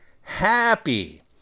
happy